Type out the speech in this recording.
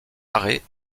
arrêts